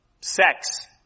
sex